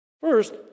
First